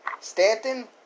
Stanton